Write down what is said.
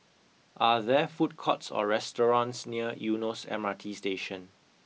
are there food courts or restaurants near Eunos M R T Station